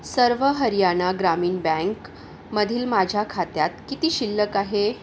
सर्व हरियाणा ग्रामीण बँकमधील माझ्या खात्यात किती शिल्लक आहे